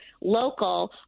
local